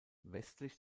westlich